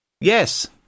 yes